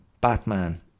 Batman